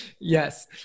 Yes